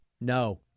No